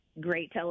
great